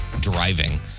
driving